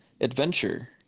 adventure